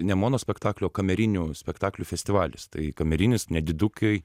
ne monospektaklių o kamerinių spektaklių festivalis tai kamerinis nedidukai